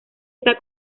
está